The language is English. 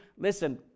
Listen